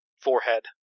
forehead